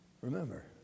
remember